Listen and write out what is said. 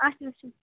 آچھا اچھا